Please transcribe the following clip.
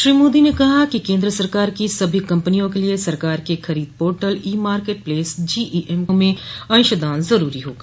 श्री मोदी ने कहा कि केंद्र सरकार की सभी कंपनियों के लिए सरकार के खरीद portal e marketplace GEM में अंशदान जरूरी होगा